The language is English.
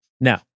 Now